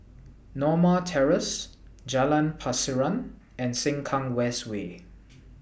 Norma Terrace Jalan Pasiran and Sengkang West Way